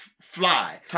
fly